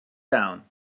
down